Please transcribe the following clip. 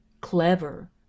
clever